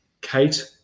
kate